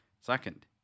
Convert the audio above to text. Second